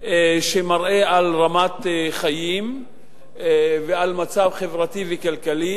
שמראה על רמת חיים ועל מצב חברתי וכלכלי